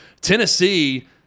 Tennessee